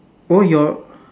oh your